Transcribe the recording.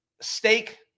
steak